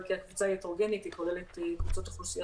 כי הקבוצה היא הטרוגנית והיא כוללת קבוצות אוכלוסייה